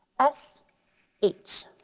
s h,